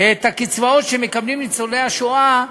את הקצבאות שמקבלים ניצולי השואה,